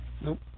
Nope